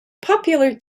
popular